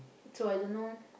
so I don't know